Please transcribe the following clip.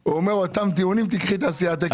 הוא אומר אותם טיעונים, תקחי, תעשי העתק הדבק.